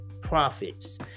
profits